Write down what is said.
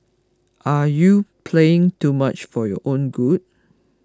are you playing too much for your own good